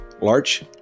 larch